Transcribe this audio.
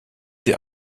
sie